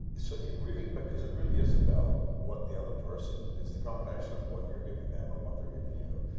so, it really, but, it really is about what the other person. it's the combination of what you're giving them and what they're giving you.